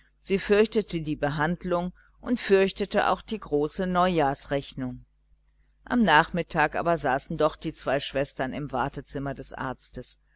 sie fürchtete die behandlung fürchtete auch die große neujahrsrechnung am nachmittag saßen aber doch die zwei schwestern im wartezimmer des arztes